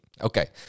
okay